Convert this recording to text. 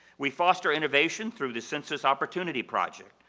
we foster innovation through the census opportunity project.